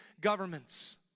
governments